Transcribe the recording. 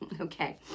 Okay